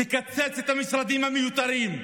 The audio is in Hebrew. תקצץ את המשרדים המיותרים.